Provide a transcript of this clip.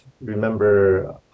remember